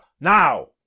Now